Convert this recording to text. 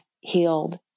healed